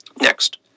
Next